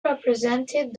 represented